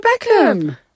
Beckham